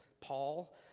Paul